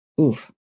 oof